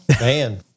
man